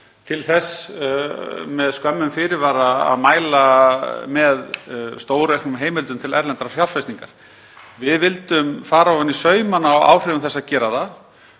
til þess með skömmum fyrirvara að mæla með stórauknum heimildum til erlendrar fjárfestingar. Við vildum fara ofan í saumana á áhrifum þess að gera það